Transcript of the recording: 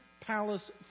palace